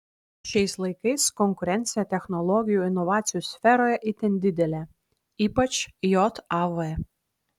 šiais laikais konkurencija technologijų inovacijų sferoje itin didelė ypač jav